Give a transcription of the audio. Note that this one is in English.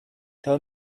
tell